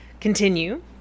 Continue